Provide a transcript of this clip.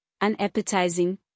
unappetizing